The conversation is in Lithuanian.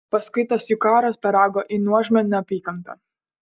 paskui tas jų karas peraugo į nuožmią neapykantą